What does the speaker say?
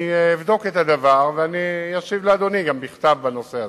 אני אבדוק את הדבר ואני אשיב לאדוני גם בכתב בנושא הזה.